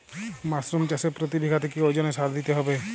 Mushroom চাষে প্রতি বিঘাতে কি ওজনে সার দিতে হবে?